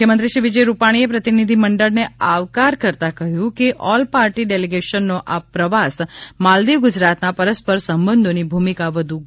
મુખ્યમંત્રી શ્રી વિજયભાઇ રૂપાણીએ પ્રતિનિધિમંડળને આવકાર કરતાં કહ્યું કે ઓલ પાર્ટી ડેલિગેશનનો આ પ્રવાસ માલદીવ ગુજરાતના પરસ્પર સંબંધોની ભૂમિકા વધુ ગાઢ બનાવશે